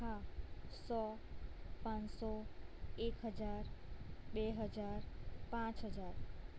હા સો પાંચસો એક હજાર બે હજાર પાંચ હજાર